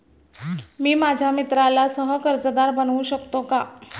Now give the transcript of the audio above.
मी माझ्या मित्राला सह कर्जदार बनवू शकतो का?